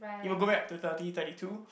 it will go back to thirty thirty two